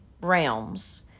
realms